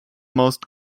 most